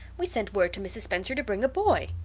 we sent word to mrs. spencer to bring a boy.